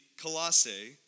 Colossae